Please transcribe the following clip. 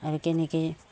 আৰু তেনেকৈয়ে